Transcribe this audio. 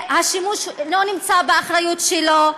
שהשימוש לא נמצא באחריות שלו,